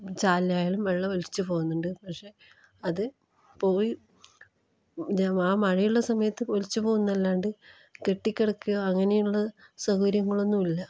ചാലിലായാലും വെള്ളമൊലിച്ച് പോകുന്നുണ്ട് പക്ഷേ അത് പോയി ആ മഴയുള്ള സമയത്ത് ഒലിച്ച് പോകുന്നതല്ലാണ്ട് കെട്ടിക്കിടക്കുകയോ അങ്ങനെയുള്ള സൗകര്യങ്ങളൊന്നും ഇല്ല